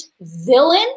villain